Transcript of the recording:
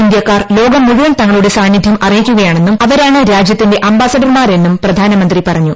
ഇന്ത്യക്കാർ ലോകം മുഴുവൻ തങ്ങളുടെ സാന്നിദ്ധ്യം അറിയിക്കുകയാണെന്നും അവരാണ് അംബാസഡർമാരെന്നും പ്രധാനമന്ത്രി പറഞ്ഞു